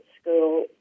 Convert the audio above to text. school